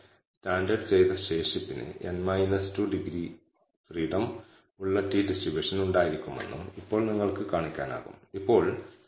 18 ഉള്ളതിന്റെ കാരണം നോർമൽ ഡിസ്ട്രിബ്യൂഷനിൽ നിന്ന് നമ്മൾ ക്രിട്ടിക്കൽ വാല്യു നേടുന്നില്ല പക്ഷേ t ഡിസ്ട്രിബ്യൂഷനിൽ നിന്നാണ് കാരണം σ2 ഡാറ്റയിൽ നിന്ന് കണക്കാക്കിയതും പ്രിയോറി അറിയാത്തതുമാണ്